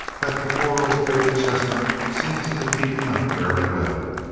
that the poor old faded chestnut seems to be keeping up fairly well?